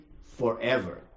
forever